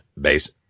base